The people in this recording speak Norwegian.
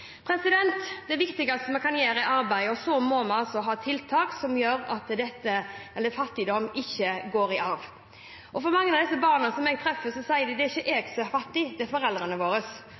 Det viktigste er arbeid. Og så må vi ha tiltak som gjør at fattigdom ikke går i arv. Mange av de barna som jeg treffer, sier: Det er ikke jeg som er fattig, det er foreldrene